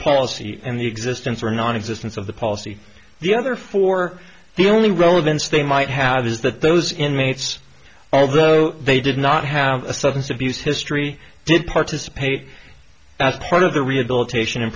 policy and the existence or nonexistence of the policy the other for the only relevance they might have is that those inmates although they did not have a sudden civvies history did participate as part of the rehabilitation